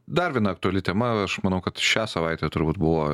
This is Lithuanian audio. dar viena aktuali tema aš manau kad šią savaitę turbūt buvo